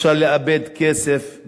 אפשר לאבד כסף,